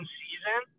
season